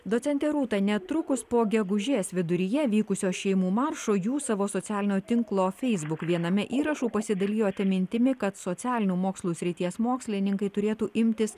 docente rūta netrukus po gegužės viduryje vykusio šeimų maršo jų savo socialinio tinklo facebook viename įrašų pasidalijote mintimi kad socialinių mokslų srities mokslininkai turėtų imtis